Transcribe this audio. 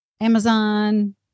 amazon